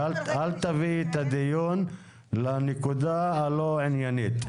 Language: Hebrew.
ואל תביאי את הדיון לנקודה הלא עניינית.